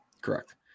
Correct